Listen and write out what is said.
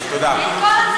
תודה.